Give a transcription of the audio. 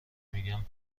میگن